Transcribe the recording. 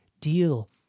deal